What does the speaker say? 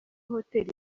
hotel